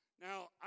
Now